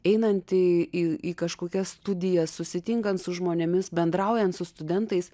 einantį į į į kažkokias studijas susitinkant su žmonėmis bendraujant su studentais